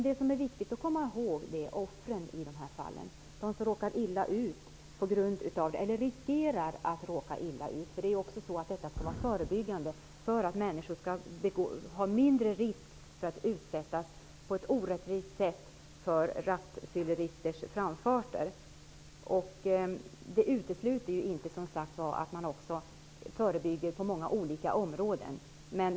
Det som är viktigt att komma ihåg i de här fallen är offren, de som riskerar att råka illa ut -- detta skall ju vara förebyggande och se till att risken minskar att människor på ett orättvist sätt utsätts för rattfylleristers framfart. Detta utesluter som sagt inte förebyggande åtgärder på många olika områden.